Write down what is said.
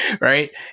right